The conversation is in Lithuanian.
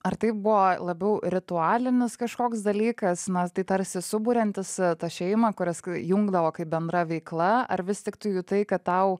ar tai buvo labiau ritualinis kažkoks dalykas na tai tarsi suburiantis tą šeimą kurias jungdavo kaip bendra veikla ar vis tik tu jutai kad tau